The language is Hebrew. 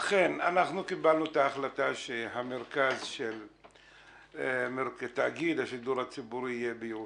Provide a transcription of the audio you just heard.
אכן קיבלנו החלטה שמרכז תאגיד השידור הציבורי יהיה בירושלים,